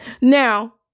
Now